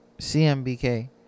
CMBK